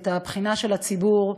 את הבחינה של הציבור,